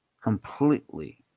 completely